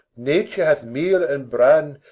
nature hath meal and bran,